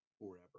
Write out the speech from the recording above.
forever